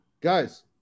guys